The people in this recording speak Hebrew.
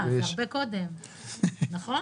נכון.